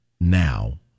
now